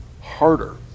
harder